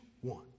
one